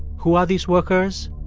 who are these workers?